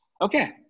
Okay